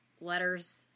letters